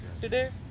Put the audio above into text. Today